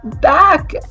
back